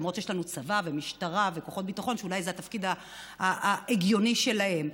למרות שיש לנו צבא ומשטרה וכוחות ביטחון שאולי זה התפקיד ההגיוני שלהם,